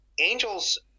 angels